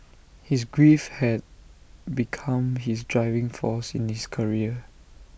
his grief had become his driving force in his career